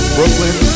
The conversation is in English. Brooklyn